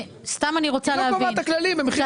היא לא קובעת את הכללים.